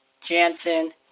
Jansen